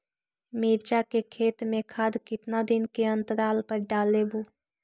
मिरचा के खेत मे खाद कितना दीन के अनतराल पर डालेबु?